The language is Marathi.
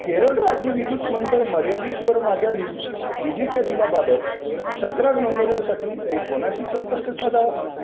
केरळ राज्य विद्युत मंडळ मर्यादितवर माझ्या वीज विजेच्या बिलाबाबत तक्रार नोंदवण्यासाठी मी कोणाशी संपर्क साधावा